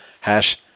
Hash